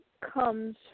comes